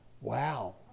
Wow